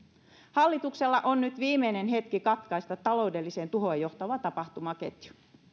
hallituksella on nyt viimeinen hetki katkaista taloudelliseen tuhoon johtava tapahtumaketju